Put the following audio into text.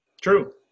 True